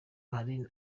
hari